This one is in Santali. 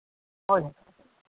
ᱦᱳᱭ ᱦᱳᱭ